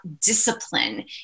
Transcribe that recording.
discipline